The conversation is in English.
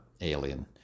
Alien